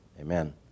amen